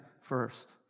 first